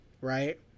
right